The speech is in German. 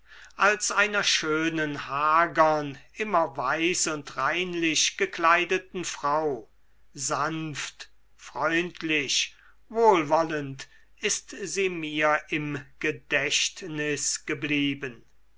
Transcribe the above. als einer schönen hagern immer weiß und reinlich gekleideten frau sanft freundlich wohlwollend ist sie mir im gedächtnis geblieben